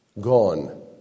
gone